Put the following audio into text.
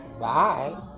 bye